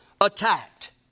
attacked